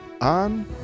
on